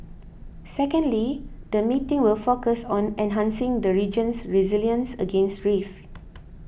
secondly the meetings will focus on enhancing the region's resilience against risks